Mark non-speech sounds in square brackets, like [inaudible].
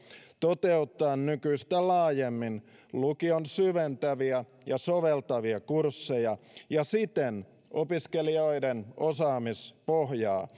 toteuttaa nykyistä laajemmin lukion syventäviä ja soveltavia kursseja ja siten opiskelijoiden osaamispohjaa [unintelligible]